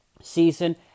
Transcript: season